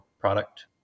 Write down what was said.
product